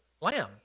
lamb